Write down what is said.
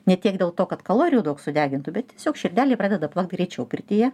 ne tiek dėl to kad kalorijų daug sudegintų bet tiesiog širdelė pradeda plakt greičiau pirtyje